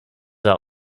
are